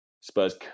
Spurs